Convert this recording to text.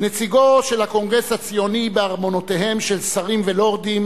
נציגו של הקונגרס הציוני בארמונותיהם של שרים ולורדים,